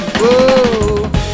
whoa